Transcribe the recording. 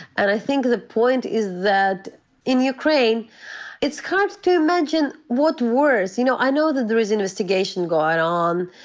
and i think the point is that in ukraine it's comes to mention what's worse. you know, i know that there is investigation going on, on,